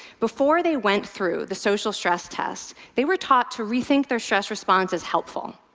before they went through the social stress test, they were taught to rethink their stress response as helpful.